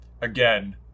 again